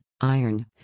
iron